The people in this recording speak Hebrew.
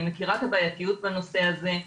אני מכירה את הבעייתיות בנושא הזה.